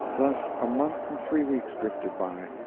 thus a month and three weeks drifted by,